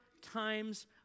times